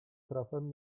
trafem